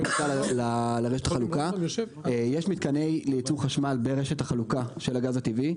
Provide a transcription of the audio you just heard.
יש מתקני ייצור חשמל ברשת החלוקה של הגז הטבעי.